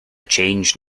change